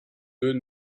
deux